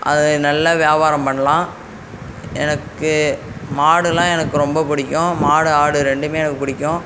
அதை நல்ல வியாபாரம் பண்ணலாம் எனக்கு மாடுலாம் எனக்கு ரொம்ப பிடிக்கும் மாடு ஆடு ரெண்டுமே எனக்கு பிடிக்கும்